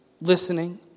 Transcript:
listening